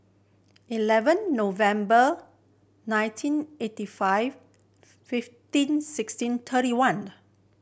eleven November nineteen eighty five fifteen sixteen thirty one